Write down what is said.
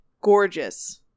Gorgeous